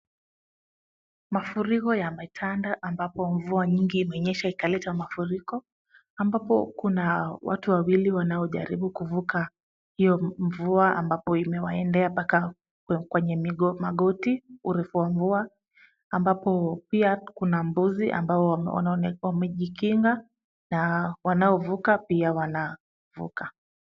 Mafuriko yametanda ambapo mvua nyingi imenyesha ikaleta mafuriko. Ambapo kuna watu wawili wanaojaribu kuvuka hiyo mvua ambapo imewaendea mpaka kwenye magoti urefu wa mvua, ambapo pia kuna mbuzi ambao wanaonekana wamejikinga na wanaovuka pia wanavuka.